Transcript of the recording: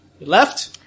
left